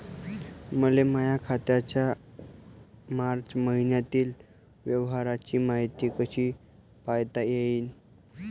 मले माया खात्याच्या मार्च मईन्यातील व्यवहाराची मायती कशी पायता येईन?